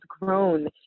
grown